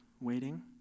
waiting